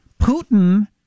Putin